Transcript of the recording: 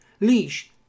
Leash